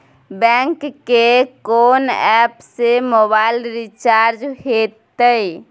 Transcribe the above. Bank के कोन app से मोबाइल रिचार्ज हेते?